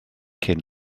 cyn